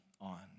on